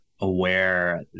aware